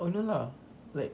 oh no lah like